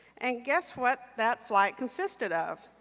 and guess what that flight consisted of?